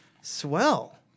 Swell